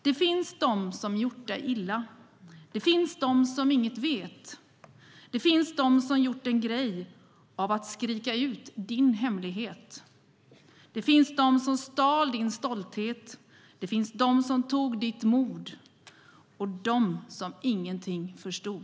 Det finns dom som gjort dig illa Det finns dom som inget vet Det finns dom som gjort en grej av att skrika ut din hemlighet Det finns dom som stal din stolthet Det finns dom som tog ditt mod Och dom som ingenting förstod